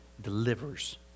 delivers